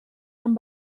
amb